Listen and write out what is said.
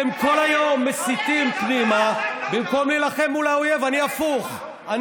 (חבר הכנסת פטין מולא יוצא מאולם המליאה.) ולא נגד האויב.